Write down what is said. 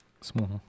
small